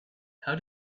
how